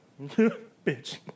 Bitch